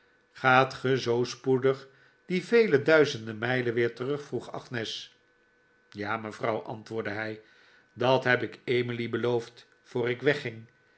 gaat ge zoo spoedig die vele duizenden mijlen weer terug vroeg agnes ja mevrouw antwoordde hij dat heb ik emily beloofd voor ik wegging